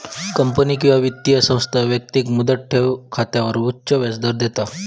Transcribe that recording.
company किंवा वित्तीय संस्था व्यक्तिक मुदत ठेव खात्यावर उच्च व्याजदर देता